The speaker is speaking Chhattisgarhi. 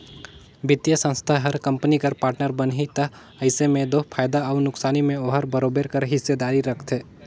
बित्तीय संस्था हर कंपनी कर पार्टनर बनही ता अइसे में दो फयदा अउ नोसकान में ओहर बरोबेर कर हिस्सादारी रखथे